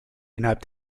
innerhalb